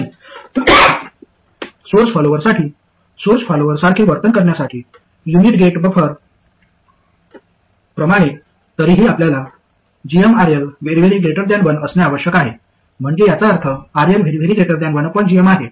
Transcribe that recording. आणि सोर्स फॉलोअरसाठी सोर्स फॉलोअरसारखे वर्तन करण्यासाठी युनिटी गेन बफर प्रमाणे तरीही आपल्याला gmRL 1 असणे आवश्यक आहे म्हणजे याचा अर्थ RL 1gm आहे